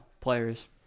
players